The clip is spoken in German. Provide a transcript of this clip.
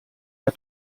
der